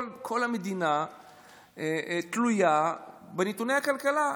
כל המדינה תלויה בנתוני הכלכלה,